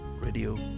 Radio